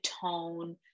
tone